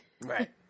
Right